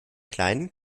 kleinen